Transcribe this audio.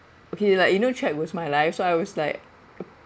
okay like you know track was my life so I was like